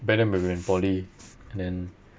back then when we were in poly and then